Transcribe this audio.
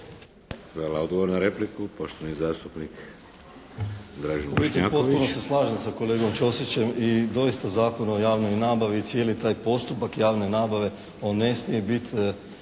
Hvala. Odgovor na repliku, poštovani zastupnik Zvonimir Sabati.